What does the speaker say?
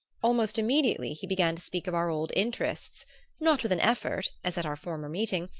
almost immediately he began to speak of our old interests not with an effort, as at our former meeting,